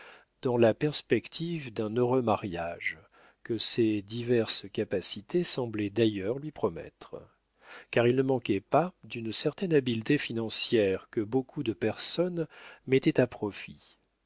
dans la perspective d'un heureux mariage que ses diverses capacités semblaient d'ailleurs lui promettre car il ne manquait pas d'une certaine habileté financière que beaucoup de personnes mettaient à profit